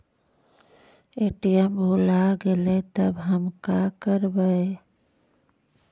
ATM भुला गेलय तब हम काकरवय?